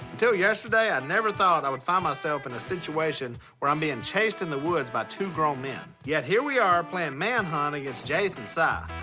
till yesterday i never thought i would find myself in a situation where i'm being chased in the woods by two grown men. yet here we are, playing man hunt against jase and si. ah